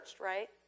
right